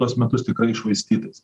tuos metus tikrai iššvaistytais